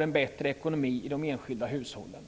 en bättre ekonomi i de enskilda hushållen.